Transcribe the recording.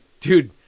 dude